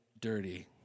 dirty